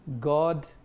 God